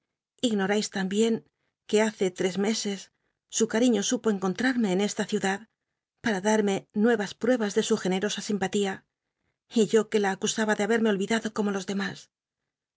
l ambien que hace tres meses su cariño supo encontrarme en e la ciudad para darme nuevas pruebas de su generosa simpatia y yo que la acusaba de haberme olvidado como los demas